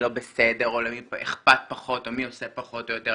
לא בסדר או למי אכפת פחות או מי עושה פחות או יותר.